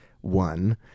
one